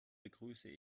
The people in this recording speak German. begrüße